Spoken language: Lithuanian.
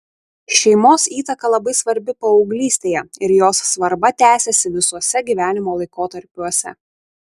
šeimos įtaka labai svarbi paauglystėje ir jos svarba tęsiasi visuose gyvenimo laikotarpiuose